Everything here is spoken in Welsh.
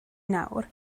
nawr